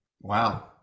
wow